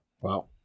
wow